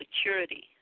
security